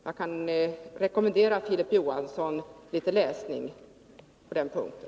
Jag kan rekommendera Filip Johansson litet läsning på den här punkten.